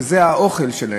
וזה האוכל שלהם,